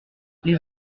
les